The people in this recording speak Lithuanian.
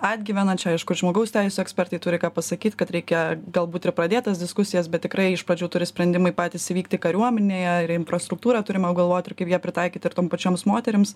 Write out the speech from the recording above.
atgyvena čia aišku ir žmogaus teisių ekspertai turi ką pasakyt kad reikia galbūt ir pradėt tas diskusijas bet tikrai iš pradžių turi sprendimai patys įvykti kariuomenėje ir infrastruktūrą turime apgalvot ir kaip ją pritaikyt ir tom pačioms moterims